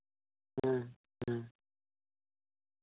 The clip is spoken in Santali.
ᱦᱮᱸ ᱦᱮᱸ